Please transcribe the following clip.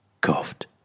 Coughed